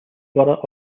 borough